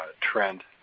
trend